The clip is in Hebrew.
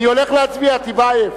אני הולך להצביע, טיבייב.